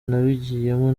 nabigiyemo